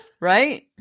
Right